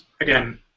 again